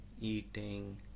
eating